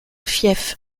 fief